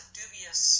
dubious